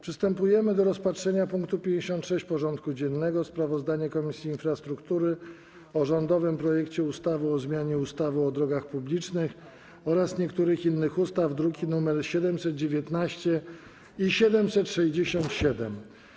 Przystępujemy do rozpatrzenia punktu 56. porządku dziennego: Sprawozdanie Komisji Infrastruktury o rządowym projekcie ustawy o zmianie ustawy o drogach publicznych oraz niektórych innych ustaw (druki nr 719 i 767)